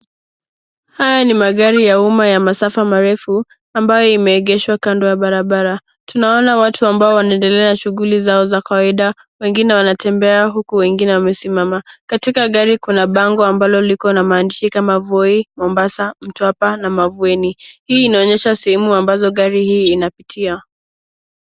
Haya ni magari ya uma ya masafa marefu ambayo imeegeshwa kando ya barabara. Tunaona watu ambao wanaendelea na shughuli zao za kawaida, wengine wanatembea huku wengine wamesimama. Katika gari kuna bango mbalo liko na maaandishi kama Voi, Mombasa, Mtwapa na Mavueni . Hii inaonyesha sehemu ambazo gari hii inapitia.